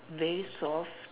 very soft